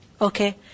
Okay